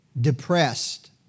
depressed